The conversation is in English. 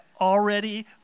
already